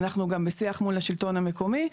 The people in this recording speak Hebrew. אנחנו גם בשיח מול השלטון המקומי.